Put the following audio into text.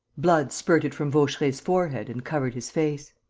blood spurted from vaucheray's forehead and covered his face.